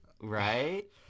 right